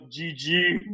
GG